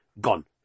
gone